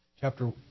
chapter